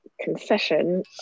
concession